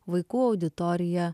vaikų auditorija